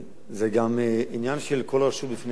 זה גם עניין של כל רשות בפני עצמה.